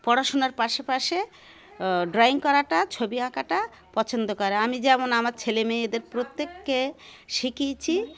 পড়াশুনার পাশে পাশে ড্রয়িং করাটা ছবি আঁকাটা পছন্দ করে আমি যেমন আমার ছেলে মেয়েদের প্রত্যেককে শিখিয়েছি